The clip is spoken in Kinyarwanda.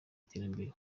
iterambere